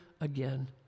again